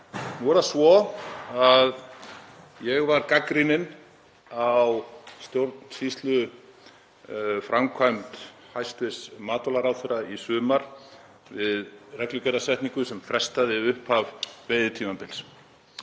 Nú er það svo að ég var gagnrýninn á stjórnsýsluframkvæmd hæstv. matvælaráðherra í sumar við reglugerðarsetningu sem frestaði upphafi veiðitímabilsins.